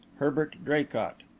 herbert draycott.